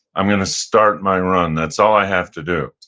i'm going to start my run. that's all i have to do.